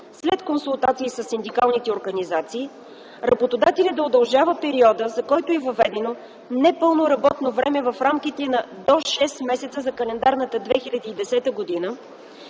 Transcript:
след консултации със синдикалните организации, работодателят да удължава периода, за който е въведено непълно работно време в рамките на до 6 месеца за календарната 2010 година,